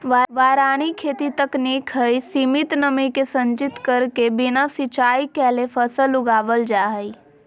वारानी खेती तकनीक हई, सीमित नमी के संचित करके बिना सिंचाई कैले फसल उगावल जा हई